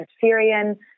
Syrian